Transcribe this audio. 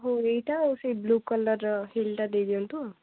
ହେଉ ଏଇଟା ଆଉ ସେ ବ୍ଲୂ କଲର୍ର ହିଲ୍ଟା ଦେଇ ଦିଅନ୍ତୁ ଆଉ